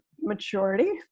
maturity